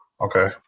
Okay